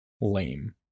lame